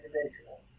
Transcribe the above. individual